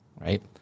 right